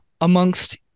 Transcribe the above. amongst